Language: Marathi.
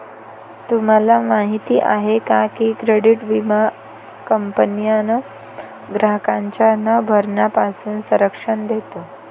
तुम्हाला माहिती आहे का की क्रेडिट विमा कंपन्यांना ग्राहकांच्या न भरण्यापासून संरक्षण देतो